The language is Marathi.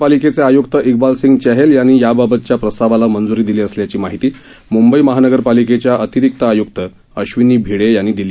पालिका आय्क्त इकबाल सिंह चहल यांनी याबाबतच्या प्रस्तावाला मंजूरी दिली असल्याची माहिती मुंबई महानगर पालिकेच्या अतिरिक्त आय्क्त अश्विनी भिडे यांनी दिली